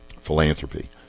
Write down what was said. Philanthropy